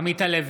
עמית הלוי,